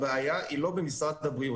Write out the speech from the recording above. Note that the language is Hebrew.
הבעיה היא לא במשרד הבריאות.